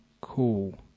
cool